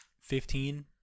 fifteen